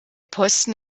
posten